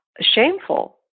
shameful